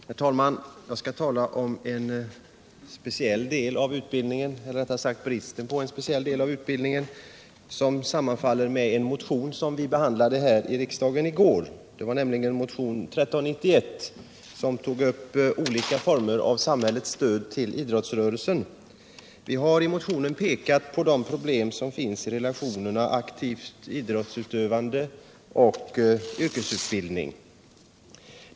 Herr talman! Jag skall tala om en speciell del av utbildningen eller, rättare sagt, bristen på en speciell del av utbildningen som tagits upp i vår motion 1391, som vi behandlade här i riksdagen i går. Det gäller olika former för samhällets stöd till idrottsrörelsen. Vi har i motionen pekat på de problem som finns när det gäller relationen aktivt idrottsutövande och yrkesutbildning.